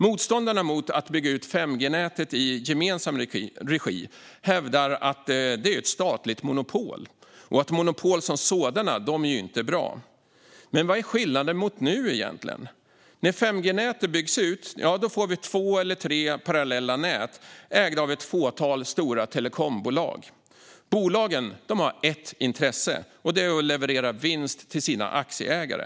Motståndarna mot att bygga ut 5G-nätet i gemensam regi hävdar att det blir ett statligt monopol och att monopol som sådana inte är bra. Men vad är egentligen skillnaden mot nu? När 5G-nätet byggs ut får vi två eller tre parallella nät ägda av ett fåtal stora telekombolag. Bolagen har ett intresse: att leverera vinst till sina aktieägare.